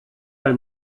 bei